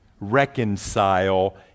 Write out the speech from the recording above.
reconcile